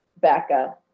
Becca